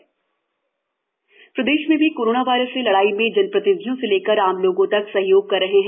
corona दान प्रदेश में भी कोरोना वायरस से लड़ाई में जनप्रतिनिधियों से लेकर आम लोग तक सहयोग कर रहे हैं